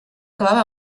acabava